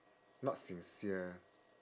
not sincere